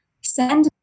send